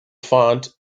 font